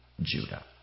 judah